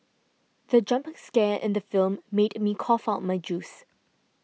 the jump scare in the film made me cough out my juice